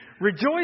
Rejoice